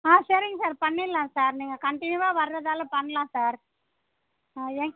ஆ சரிங்க சார் பண்ணிடலாம் சார் நீங்கள் கண்டினியூவாக வர்றதால் பண்ணலாம் சார் ஆ